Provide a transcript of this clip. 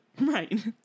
right